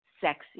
sexy